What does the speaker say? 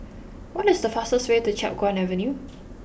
what is the fastest way to Chiap Guan Avenue